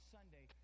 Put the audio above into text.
Sunday